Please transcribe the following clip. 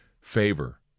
favor